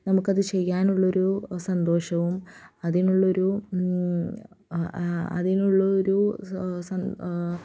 നമുക്കത് ചെയ്യാനുള്ളൊരു സന്തോഷവും അതിനുള്ളൊരു അ ആ അതിനുള്ളൊരു